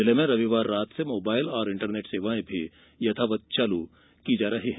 जिले में रविवार रात से मोबाइल और इंटरनेट सेवाएं में यथावत चालू की जा रही हैं